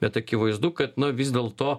bet akivaizdu kad nu vis dėl to